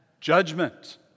judgment